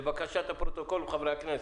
לבקשת הפרוטוקול וחברי הכנסת.